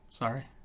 Sorry